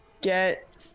get